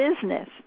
business